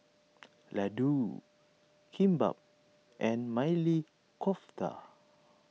Ladoo Kimbap and Maili Kofta